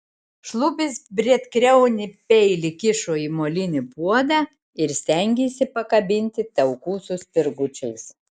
šlubis briedkriaunį peilį kišo į molinį puodą ir stengėsi pakabinti taukų su spirgučiais